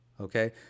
Okay